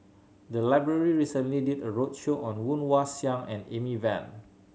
the library recently did a roadshow on Woon Wah Siang and Amy Van